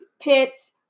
pits